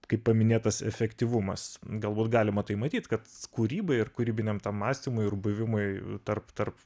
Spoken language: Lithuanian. kaip paminėtas efektyvumas galbūt galima tai matyt kad kūrybai ir kūrybiniam mąstymui ir buvimui tarp tarp